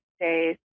days